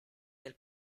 del